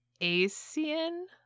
Asian